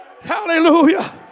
Hallelujah